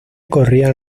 corrían